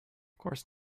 course